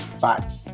Bye